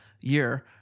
year